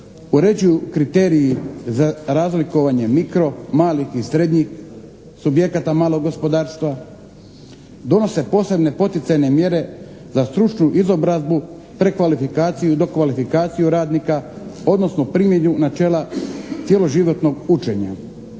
uređuju kriteriji za razlikovanje mikro, malih i srednjih subjekata malog gospodarstva, donose posebne poticajne mjere za stručnu izobrazbu, prekvalifikaciju i dokvalifikaciju radnika, odnosno primjenu načela cijelog životnog učenja.